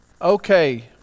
Okay